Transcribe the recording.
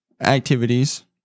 activities